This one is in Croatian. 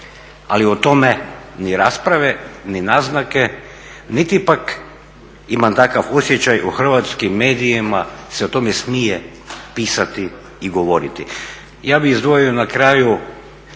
Ali o tome ni rasprave, ni naznake, niti pak imam takav osjećaj u hrvatskim medijima se o tome smije pisati i govoriti. Ja bih izdvojio na kraju